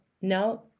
no